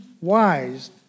wise